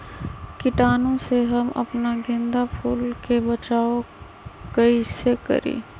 कीटाणु से हम अपना गेंदा फूल के बचाओ कई से करी?